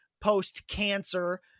post-cancer